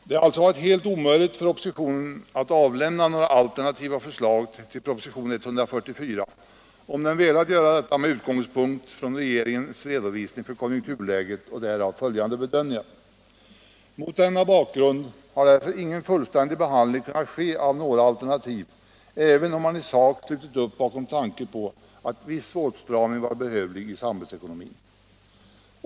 Det har alltså varit helt omöjligt för oppositionen att avlämna några alternativa förslag till propositionen 144, om man velat göra detta med utgångspunkt i regeringens redovisning för konjunkturläget och därav följande bedömningar. Mot denna bakgrund har därför ingen fullständig behandling kunnat ske av några alternativ, även om man i sak slutit upp bakom tanken på att viss åtstramning varit behövlig i samhällsekonomin.